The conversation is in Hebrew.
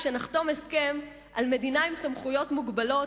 כשנחתום הסכם על מדינה עם סמכויות מוגבלות,